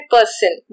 Person